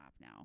now